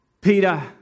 Peter